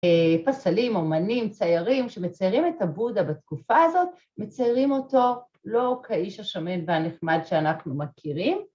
אה... פסלים, אומנים, ציירים שמציירים את הבודה בתקופה הזאת – מציירים אותו לא כאיש השמן והנחמד שאנחנו מכירים...